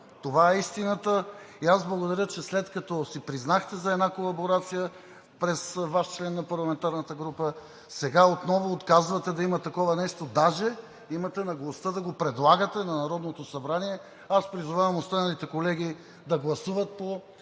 Това е истината. Аз благодаря, че след като си признахте за една колаборация, през Ваш член на парламентарната група, сега отново отказвате да има такова нещо – даже имате наглостта да го предлагате на Народното събрание. Аз призовавам останалите колеги да гласуват по